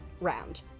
round